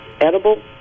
edible